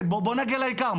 באמת בואו נגיע לעיקר,